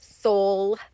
soul